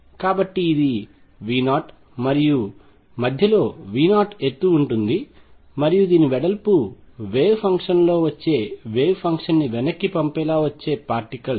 కాబట్టి ఇది V0 మరియు మధ్యలో V0 ఎత్తు ఉంటుంది మరియు దీని వెడల్పు వేవ్ ఫంక్షన్లో వచ్చే వేవ్ ఫంక్షన్ని వెనక్కి పంపేలా వచ్చే పార్టికల్స్